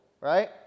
right